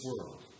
world